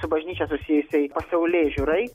su bažnyčia susijusiai pasaulėžiūrai